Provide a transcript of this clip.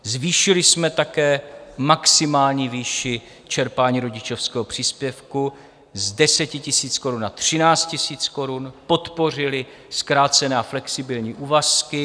Zvýšili jsme také maximální výši čerpání rodičovského příspěvku z 10 000 korun na 13 000 korun, podpořili zkrácené a flexibilní úvazky.